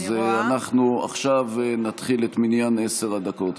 אז אנחנו עכשיו נתחיל את מניין עשר הדקות.